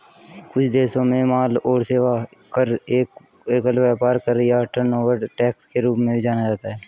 कुछ देशों में माल और सेवा कर, एकल व्यापार कर या टर्नओवर टैक्स के रूप में भी जाना जाता है